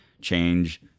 change